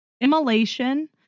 Immolation